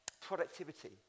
productivity